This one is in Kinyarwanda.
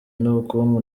n’ubukungu